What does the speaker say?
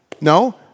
No